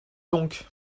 donc